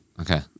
Okay